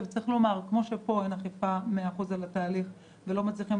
כמו שפה אין אכיפה 100% על התהליך ולא מצליחים